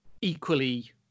equally